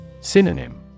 Synonym